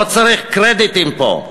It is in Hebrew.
לא צריך קרדיטים פה.